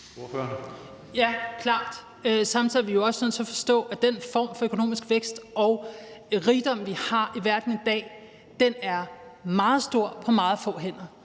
Ja, klart, og samtidig er vi jo også nødt til at forstå, at den form for økonomisk vækst og rigdom, vi har i verden i dag, er meget stor og på meget få hænder.